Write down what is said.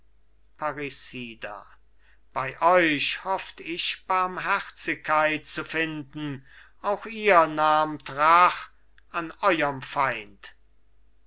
bei euch hofft ich barmherzigkeit zu finden auch ihr nahmt rach an euerm feind